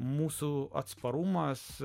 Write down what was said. mūsų atsparumas